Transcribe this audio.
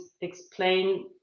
explain